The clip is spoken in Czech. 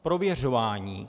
Prověřování!